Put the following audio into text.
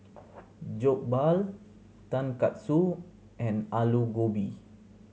Jokbal Tonkatsu and Alu Gobi